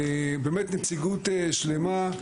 באמת נציגות שלמה,